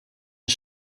een